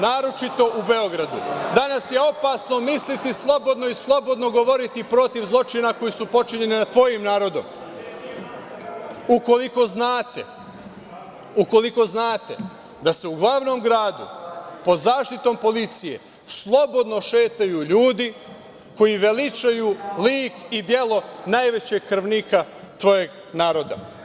Danas je opasno misliti slobodno i slobodno govoriti protiv zločina koji su počinjeni nad tvojim narodom, ukoliko znate da se u glavnom gradu pod zaštitom policije slobodno šetaju ljudi koji veličaju lik i delo najvećeg krvnika svojeg naroda.